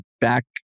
back